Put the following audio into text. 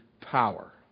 power